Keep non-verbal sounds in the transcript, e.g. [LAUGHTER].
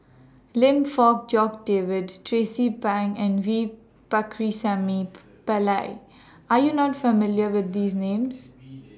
Lim Fong Jock David Tracie Pang and V Pakirisamy [NOISE] Pillai Are YOU not familiar with These Names